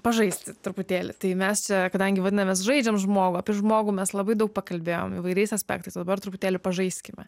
pažaisti truputėlį tai mes kadangi vadinamės žaidžiam žmogų apie žmogų mes labai daug pakalbėjom įvairiais aspektais o dabar truputėlį pažaiskime